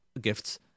gifts